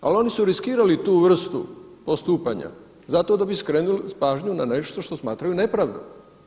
Ali oni su riskirali tu vrstu postupanja zato da bi skrenuli pažnju na nešto što smatraju nepravdom.